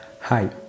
Hi